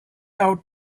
out